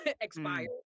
expired